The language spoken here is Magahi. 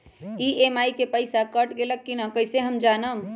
ई.एम.आई के पईसा कट गेलक कि ना कइसे हम जानब?